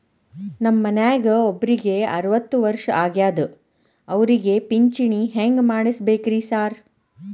ನಮ್ ಮನ್ಯಾಗ ಒಬ್ರಿಗೆ ಅರವತ್ತ ವರ್ಷ ಆಗ್ಯಾದ ಅವ್ರಿಗೆ ಪಿಂಚಿಣಿ ಹೆಂಗ್ ಮಾಡ್ಸಬೇಕ್ರಿ ಸಾರ್?